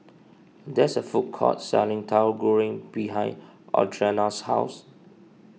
there's a food court selling Tauhu Goreng behind Audrina's house